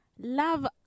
Love